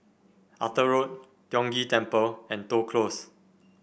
Arthur Road Tiong Ghee Temple and Toh Close